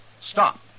stop